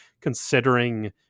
considering